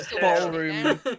ballroom